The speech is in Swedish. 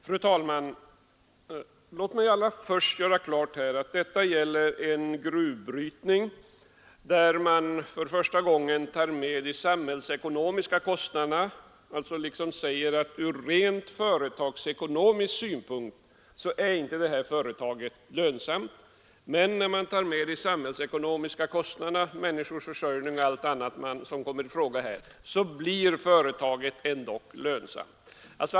Fru talman! Låt mig allra först göra klart att detta gäller en gruvbrytning där man för första gången tar med de samhällsekonomiska kostnaderna. Man kan säga att ur rent företagsekonomisk synpunkt är inte detta företag lönsamt, men när man tar med de samhällsekonomiska kostnaderna, människors försörjning och allt annat som kommer i fråga, blir företaget ändå lönsamt.